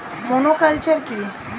Monoculture কি?